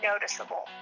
noticeable